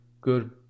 good